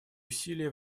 усилия